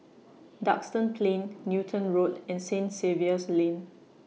Duxton Plain Newton Road and Saint Xavier's Lane